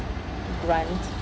grant